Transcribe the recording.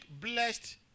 blessed